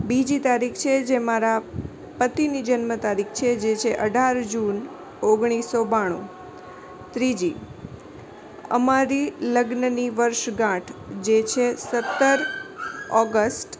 બીજી તારીખ છે જે મારા પતિની જન્મતારીખ છે જે છે અઢાર જૂન ઓગણીસ સો બાણું